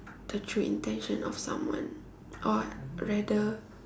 the true intention of someone or rather